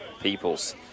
peoples